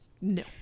No